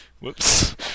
Whoops